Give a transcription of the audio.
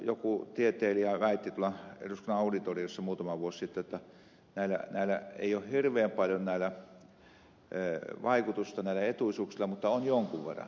joku tieteilijä väitti tuolla eduskunnan auditoriossa muutama vuosi sitten jotta näillä etuisuuksilla ei ole hirveän paljon vaikutusta mutta on jonkun verran